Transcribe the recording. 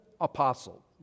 apostle